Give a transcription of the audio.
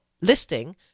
listing